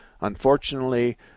unfortunately